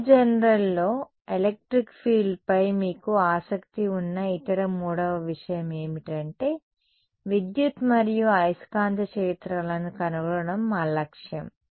μ జనరల్లో ఎలక్ట్రిక్ ఫీల్డ్పై మీకు ఆసక్తి ఉన్న ఇతర మూడవ విషయం ఏమిటంటే విద్యుత్ మరియు అయస్కాంత క్షేత్రాలను కనుగొనడం మా లక్ష్యం